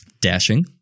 dashing